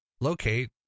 locate